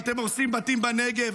אתם הורסים בתים בנגב.